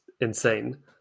insane